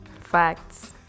facts